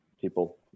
people